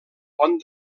pont